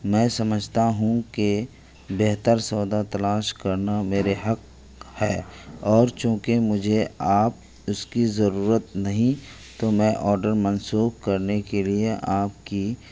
میں سمجھتا ہوں کہ بہتر سودا تلاش کرنا میرے حق ہے اور چونکہ مجھے آپ اس کی ضرورت نہیں تو میں آڈر منسوخ کرنے کے لیے آپ کی